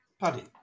Paddy